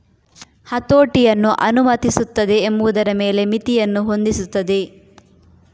ಹತೋಟಿಯನ್ನು ಅನುಮತಿಸುತ್ತದೆ ಎಂಬುದರ ಮೇಲೆ ಮಿತಿಯನ್ನು ಹೊಂದಿಸುತ್ತದೆ